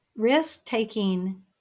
Risk-taking